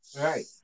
Right